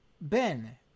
Ben